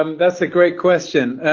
um that's a great question.